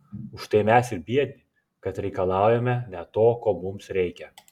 už tai mes ir biedni kad reikalaujame ne to ko mums reikia